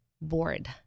bored